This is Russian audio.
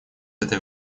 этой